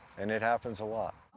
and it happens a lot.